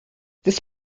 this